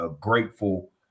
grateful